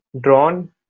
drawn